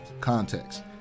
context